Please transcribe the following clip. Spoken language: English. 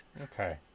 okay